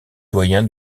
doyen